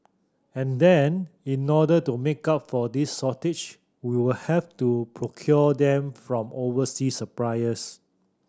and then in order to make up for this shortage we'll have to procure them from overseas suppliers